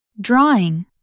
Drawing